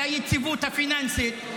של היציבות הפיננסית,